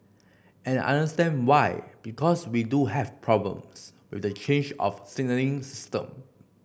and I understand why because we do have problems with the change of the signalling system